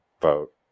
vote